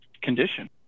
condition